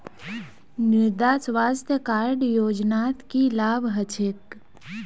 मृदा स्वास्थ्य कार्ड योजनात की लाभ ह छेक